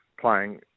playing